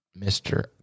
Mr